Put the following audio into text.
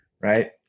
Right